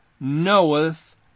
knoweth